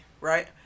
right